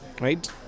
right